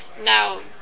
Now